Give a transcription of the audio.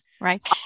Right